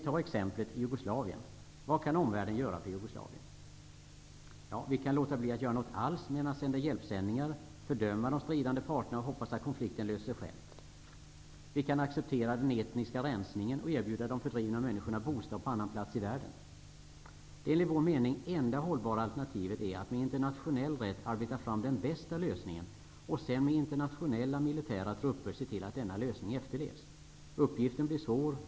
Som exempel kan Jugoslavien nämnas. Vad kan omvärlden göra för Jugoslavien? Vi kan nöja oss med att få i väg hjälpsändningar och med att fördöma de stridande parterna i hopp om att konflikten löses av sig själv. Vi kan acceptera den etniska rensningen och erbjuda de fördrivna människorna bostad på annan plats i världen. Det enligt vår mening enda hållbara alternativet är att med internationell rätt arbeta fram den bästa lösningen och att sedan med internationella militära trupper se till att denna lösning efterlevs. Uppgiften blir svår.